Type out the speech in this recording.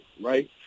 right